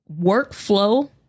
Workflow